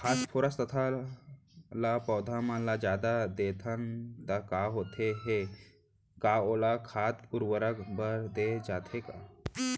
Phosphorus तथा ल पौधा मन ल जादा देथन त का होथे हे, का ओला खाद उर्वरक बर दे जाथे का?